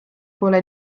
pole